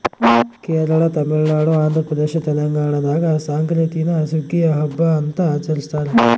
ಕೇರಳ ತಮಿಳುನಾಡು ಆಂಧ್ರಪ್ರದೇಶ ತೆಲಂಗಾಣದಾಗ ಸಂಕ್ರಾಂತೀನ ಸುಗ್ಗಿಯ ಹಬ್ಬ ಅಂತ ಆಚರಿಸ್ತಾರ